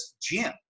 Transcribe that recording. gym